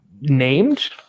named